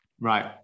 Right